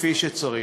כפי שצריך.